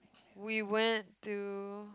we went to